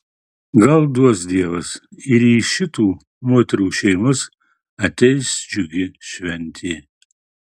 gal duos dievas ir į šitų moterų šeimas ateis džiugi šventė